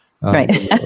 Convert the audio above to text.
right